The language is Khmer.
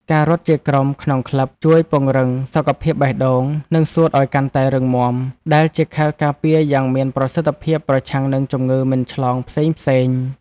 ការរត់ជាក្រុមក្នុងក្លឹប ជួយពង្រឹងសុខភាពបេះដូង និងសួតឱ្យកាន់តែរឹងមាំ ដែលជាខែលការពារយ៉ាងមានប្រសិទ្ធភាពប្រឆាំងនឹងជំងឺមិនឆ្លងផ្សេងៗ។